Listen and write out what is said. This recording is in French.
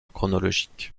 chronologique